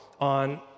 on